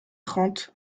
trente